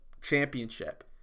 Championship